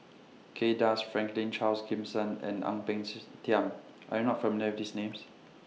Kay Das Franklin Charles Gimson and Ang Peng sees Tiam Are YOU not familiar with These Names